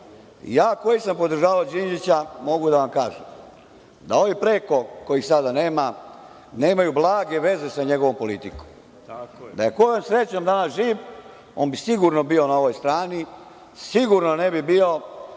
ja koji sam podržavao Đinđića, mogu da vam kažem da ovi preko, kojih sada nema, nemaju blage veze sa njegovom politikom. Da je kojom srećom danas živ, on bi sigurno bio na ovoj strani, sigurno ne bi bio